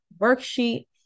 worksheet